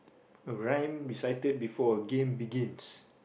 rhyme recited before a game begins